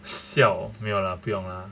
siao 没有 lah 不用 lah